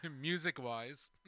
music-wise